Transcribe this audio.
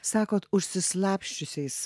sakot užsislapsčiusiais